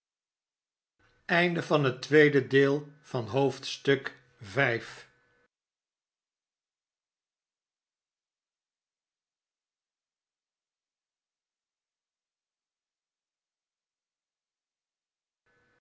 van het noorden van het